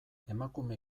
emakume